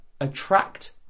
attract